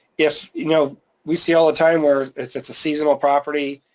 yes, you know we see all the time where if it's a seasonal property,